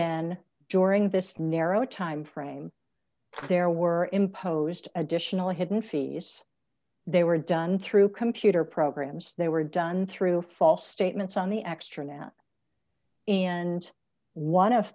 then during this narrow time frame there were imposed additional hidden fees they were done through computer programs they were done through false statements on the extranet and one of